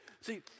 See